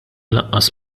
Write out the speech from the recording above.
lanqas